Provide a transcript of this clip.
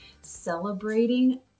celebrating